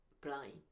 Blind